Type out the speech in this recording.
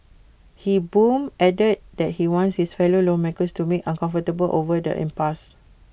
he boomed adding that he wants his fellow lawmakers to make uncomfortable over the impasse